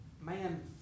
Man